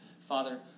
Father